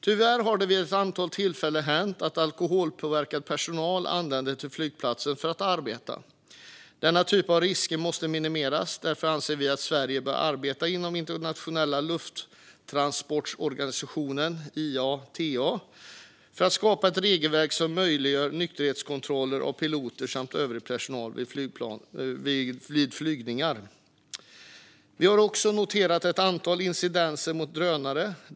Tyvärr har det vid ett antal tillfällen hänt att alkoholpåverkad personal anlänt till flygplatsen för att arbeta. Denna typ av risker måste minimeras. Därför anser vi att Sverige bör arbeta inom den internationella lufttransportorganisationen IATA för att skapa ett regelverk som möjliggör nykterhetskontroller av piloter och övrig personal vid flygningar. Vi har också noterat ett antal incidenter med drönare.